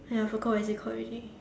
ya I forgot what is it called already